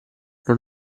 non